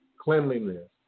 cleanliness